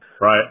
Right